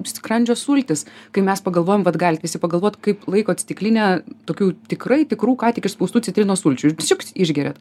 skrandžio sultis kai mes pagalvojam vat galit visi pagalvot kaip laikot stiklinę tokių tikrai tikrų ką tik išspaustų citrinos sulčių ir čiukt išgeriat